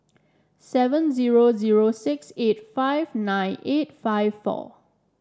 seven zero zero six eight five nine eight five four